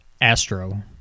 Astro